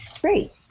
great